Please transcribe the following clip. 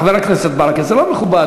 חבר הכנסת ברכה, זה לא מכובד.